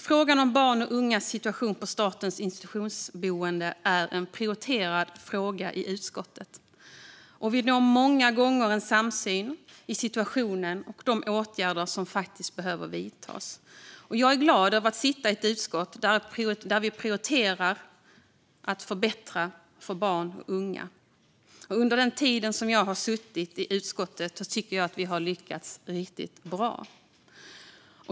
Frågan om barns och ungas situation på statens institutionsboenden är en prioriterad fråga i utskottet, och vi når många gånger en samsyn i fråga om situationen och de åtgärder som faktiskt behöver vidtas. Jag är glad över att sitta i ett utskott där vi prioriterar att förbättra för barn och unga. Under den tid som jag har suttit i utskottet tycker jag att vi har lyckats riktigt bra.